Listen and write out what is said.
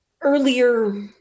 earlier